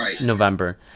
november